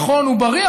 נכון ובריא,